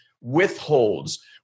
withholds